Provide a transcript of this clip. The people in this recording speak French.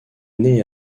née